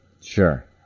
Sure